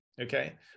Okay